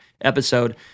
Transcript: episode